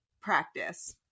practice